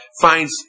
finds